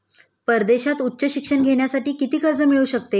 परदेशात उच्च शिक्षण घेण्यासाठी किती कर्ज मिळू शकते?